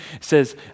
says